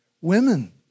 Women